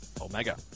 omega